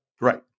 Right